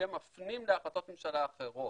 שמפנים להחלטות ממשלה אחרות.